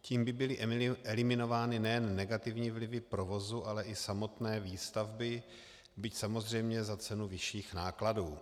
Tím by byly eliminovány nejen negativní vlivy provozu, ale i samotné výstavby, byť samozřejmě za cenu vyšších nákladů.